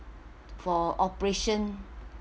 for operation